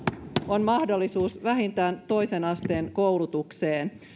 on mahdollisuus vähintään toisen asteen koulutukseen